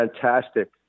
fantastic